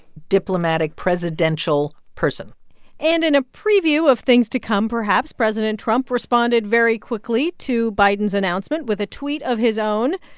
diplomatic, presidential person and in a preview of things to come, perhaps, president trump responded very quickly to biden's announcement with a tweet of his own.